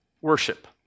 worship